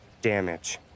damage